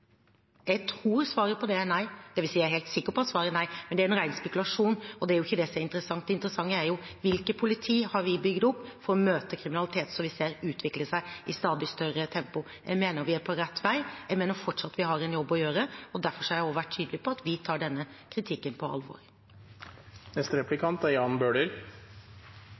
Jeg tror svaret på det er nei – det vil si jeg er helt sikker på at svaret er nei. Men det er en ren spekulasjon, og det er ikke det som er interessant. Det interessante er: Hvilket politi har vi bygd opp for å møte kriminalitet som vi ser utvikle seg i stadig større tempo? Jeg mener vi er på rett vei. Jeg mener vi fortsatt har en jobb å gjøre. Derfor har jeg også vært tydelig på at vi tar denne kritikken på